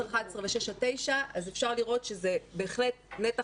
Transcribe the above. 10 11 ו-6 9. אז אפשר לראות שזה בהחלט נתח